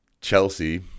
Chelsea